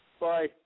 Bye